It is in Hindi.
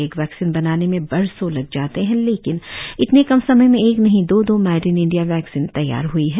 एक वैक्सीन बनाने में बरसों लग जाते हैं लेकिन इतने कम समय में एक नहीं दो दो मेड इन इंडिया वैक्सीन तैयार हई है